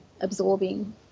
absorbing